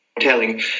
telling